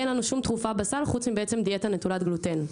אין לנו שום תרופה בסל חוץ מדיאטה נטולת גלוטן.